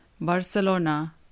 Barcelona